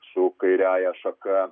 su kairiąja šaka